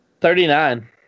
thirty-nine